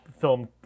film